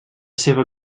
seva